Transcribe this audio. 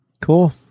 Cool